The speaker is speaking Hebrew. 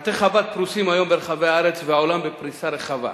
בתי-חב"ד פרוסים היום ברחבי הארץ והעולם בפריסה רחבה.